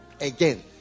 again